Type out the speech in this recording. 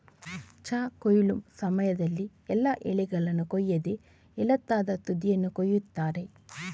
ಚಹಾ ಕೊಯ್ಲು ಸಮಯದಲ್ಲಿ ಎಲ್ಲಾ ಎಲೆಗಳನ್ನ ಕೊಯ್ಯದೆ ಎಳತಾದ ತುದಿಯನ್ನ ಕೊಯಿತಾರೆ